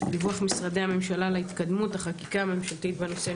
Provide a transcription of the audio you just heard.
דיווח משרדי הממשלה על ההתקדמות החקיקה הממשלתית בנושא.